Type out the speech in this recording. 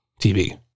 TV